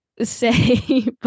say